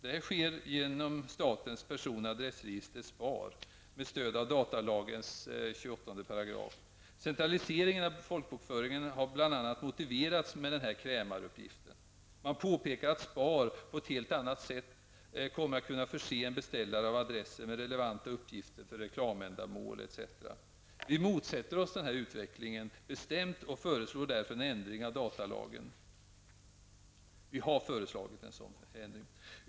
Den sker ju genom statens person och adressregister, Centraliseringen av folkbokföringen har bl.a. motiverats med denna krämaruppgift. Man påpekar att SPAR på ett helt annat sätt kommer att kunna förse en beställare av adresser med relevanta uppgifter för reklamändamål etc. Vi motsätter oss denna utveckling bestämt och har därför föreslagit en ändring av datalagen.